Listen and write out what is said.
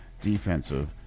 defensive